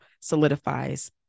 solidifies